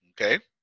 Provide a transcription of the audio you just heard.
okay